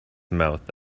mouth